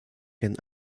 gern